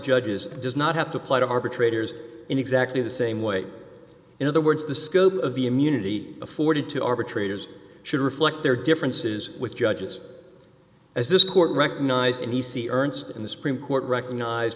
judges does not have to apply to arbitrators in exactly the same way in other words the scope of the immunity afforded to arbitrators should reflect their differences with judges as this court recognized in d c ernst in the supreme court recognized